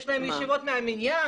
יש להן ישיבות מן המניין.